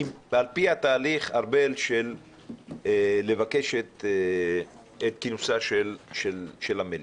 ועל פי התהליך של בקשה לכנס את המליאה.